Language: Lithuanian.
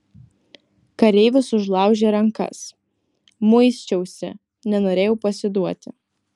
kareivis užlaužė rankas muisčiausi nenorėjau pasiduoti